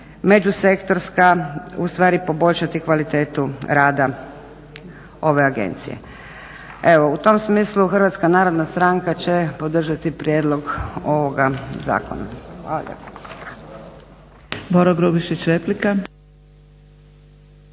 međusektorska ustvari poboljšati kvalitetu rada ove agencije. Evo u tom smislu Hrvatska narodna stranka će podržati prijedlog ovoga zakona. Hvala